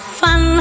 fun